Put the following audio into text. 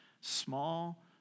Small